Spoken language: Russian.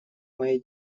моей